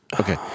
Okay